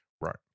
Right